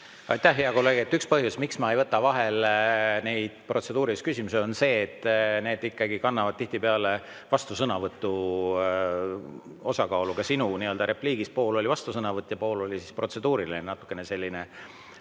Aitäh, hea kolleeg! Üks põhjus, miks ma ei võta vahele neid protseduurilisi küsimusi, on see, et need kannavad tihtipeale vastusõnavõtu osakaalu. Sinu repliigis pool oli vastusõnavõtt ja pool oli protseduuriline, natukene selline